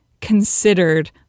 considered